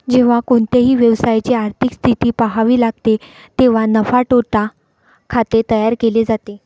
जेव्हा कोणत्याही व्यवसायाची आर्थिक स्थिती पहावी लागते तेव्हा नफा तोटा खाते तयार केले जाते